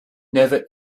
never